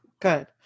good